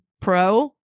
pro